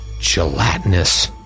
gelatinous